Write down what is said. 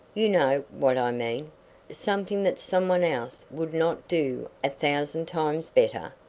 you know what i mean something that some one else would not do a thousand times better.